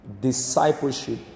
Discipleship